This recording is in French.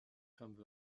femmes